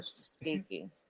speaking